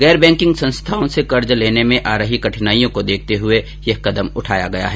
गैर बैंकिग संस्थाओं से कर्ज लेने में आ रही कठिनाईयों को देखते हुए यह कदम उठाया गया है